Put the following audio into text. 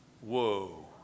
Whoa